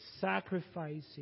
sacrificing